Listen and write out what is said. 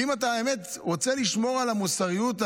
ואם אתה באמת רוצה לשמור על המוסריות,